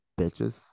bitches